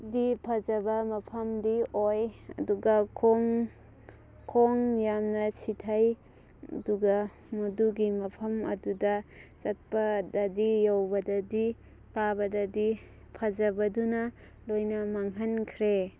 ꯗꯤ ꯐꯖꯕ ꯃꯐꯝꯗꯤ ꯑꯣꯏ ꯑꯗꯨꯒ ꯈꯣꯡ ꯈꯣꯡ ꯌꯥꯝꯅ ꯁꯤꯊꯩ ꯑꯗꯨꯒ ꯃꯗꯨꯒꯤ ꯃꯐꯝ ꯑꯗꯨꯗ ꯆꯠꯄꯗꯗꯤ ꯌꯧꯕꯗꯗꯤ ꯀꯥꯕꯗꯗꯤ ꯐꯖꯕꯗꯨꯅ ꯂꯣꯏꯅ ꯃꯥꯡꯍꯟꯈ꯭ꯔꯦ